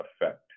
effect